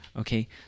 Okay